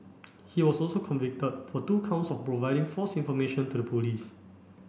he was also convicted for two counts of providing false information to the police